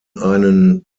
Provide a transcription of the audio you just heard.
einen